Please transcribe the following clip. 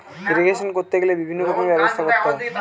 irrigation করতে গেলে বিভিন্ন রকমের ব্যবস্থা করতে হয়